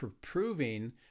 proving